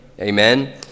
Amen